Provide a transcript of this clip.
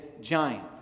giant